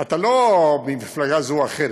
אתה לא ממפלגה זו או אחרת,